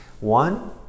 One